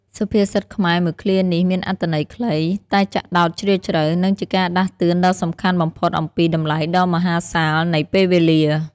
សុភាសិតខ្មែរមួយឃ្លានេះមានអត្ថន័យខ្លី តែចាក់ដោតជ្រាលជ្រៅ និងជាការដាស់តឿនដ៏សំខាន់បំផុតអំពីតម្លៃដ៏មហាសាលនៃពេលវេលា។